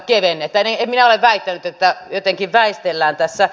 en minä ole väittänyt että jotenkin väistelemme tässä